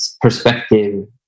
perspective